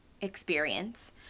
experience